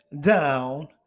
down